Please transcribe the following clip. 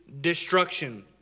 destruction